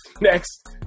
next